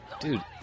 Dude